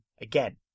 Again